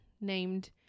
named